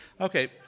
Okay